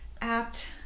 apt